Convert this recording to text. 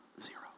zero